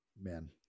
man